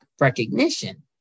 recognition